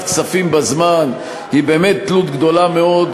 כספים בזמן היא באמת תלות גדולה מאוד,